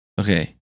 Okay